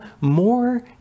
more